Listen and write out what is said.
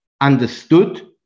understood